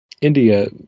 India